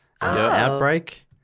Outbreak